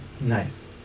nice